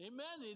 Amen